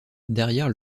derrière